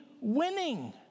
winning